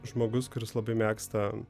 žmogus kuris labai mėgsta